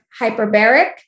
hyperbaric